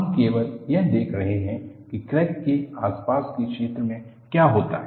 हम केवल यह देख रहे हैं कि क्रैक के आसपास के क्षेत्र में क्या होता है